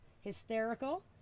hysterical